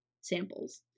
samples